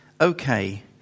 okay